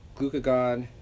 glucagon